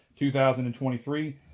2023